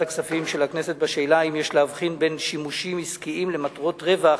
הכספים של הכנסת בשאלה אם יש להבחין בין שימושים עסקיים למטרות רווח